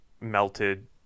melted